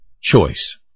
choice